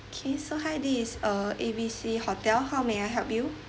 okay so hi this is uh A B C hotel how may I help you